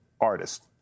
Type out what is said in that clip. artist